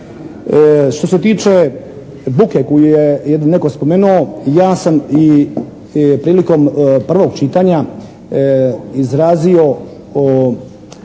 Što se tiče buke koju je jednom netko spomenuo ja sam i prilikom prvog čitanja izrazio